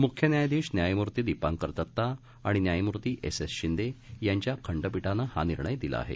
मुख्य न्यायाधीश न्यायमूर्ती दीपांकर दत्ता आणि न्यायमूर्ती एस एस शिंदे यांच्या खंडपीठानं हा निर्णय दिला आहे